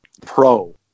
pro